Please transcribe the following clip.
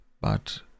But